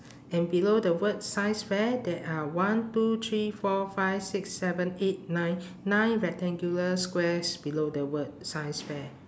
and below the word science fair there are one two three four five six seven eight nine nine rectangular squares below the word science fair